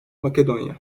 makedonya